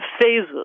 phases